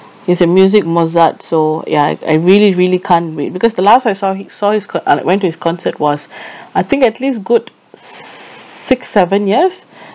he's a music mozart so ya I I really really can't wait because the last I saw hi~ saw his co~ uh went to his concert was I think at least good six seven years